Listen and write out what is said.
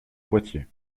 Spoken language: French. poitiers